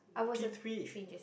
P-three